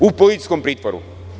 U policijskom pritvoru.